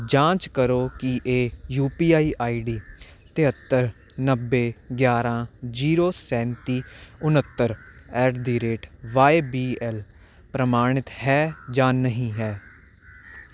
ਜਾਂਚ ਕਰੋ ਕਿ ਇਹ ਯੂ ਪੀ ਆਈ ਆਈਡੀ ਤੇਹੱਤਰ ਨੱਬੇ ਗਿਆਰਾਂ ਜੀਰੋ ਸੈਂਤੀ ਉਣੱਤਰ at the rate Y B L ਪ੍ਰਮਾਣਿਤ ਹੈ ਜਾਂ ਨਹੀਂ ਹੈ